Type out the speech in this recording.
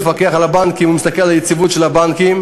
המפקח על הבנקים מסתכל על היציבות של הבנקים,